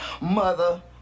mother